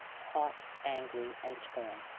hot, angry, and torn,